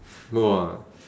!wah!